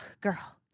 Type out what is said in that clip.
girl